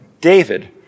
David